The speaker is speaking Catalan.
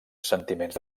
sentiments